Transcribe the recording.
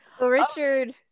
Richard